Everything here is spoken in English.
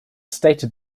stated